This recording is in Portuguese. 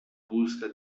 busca